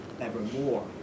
evermore